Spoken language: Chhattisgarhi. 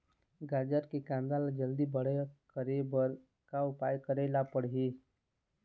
गाजर के कांदा ला जल्दी बड़े करे बर का उपाय करेला पढ़िही?